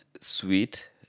sweet